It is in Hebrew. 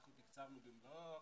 אנחנו תקצבנו במלואו,